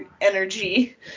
energy